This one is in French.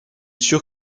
sûre